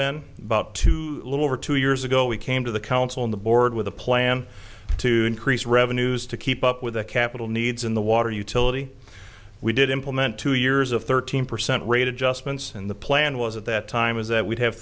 been about two little over two years ago we came to the council on the board with a plan to increase revenues to keep up with the capital needs in the water utility we did implement two years of thirteen percent rate adjustments in the plan was at that time is that we'd have